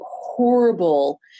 horrible